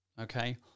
okay